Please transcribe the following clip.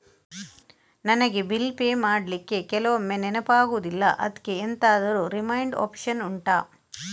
ನನಗೆ bill pay ಮಾಡ್ಲಿಕ್ಕೆ ಕೆಲವೊಮ್ಮೆ ನೆನಪಾಗುದಿಲ್ಲ ಅದ್ಕೆ ಎಂತಾದ್ರೂ ರಿಮೈಂಡ್ ಒಪ್ಶನ್ ಉಂಟಾ